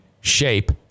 shape